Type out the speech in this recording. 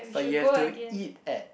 but you have to eat at